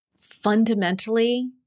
Fundamentally